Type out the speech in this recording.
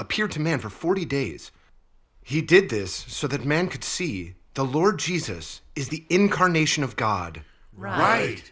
appeared to man for forty days he did this so that men could see the lord jesus is the incarnation of god right